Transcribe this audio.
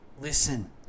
Listen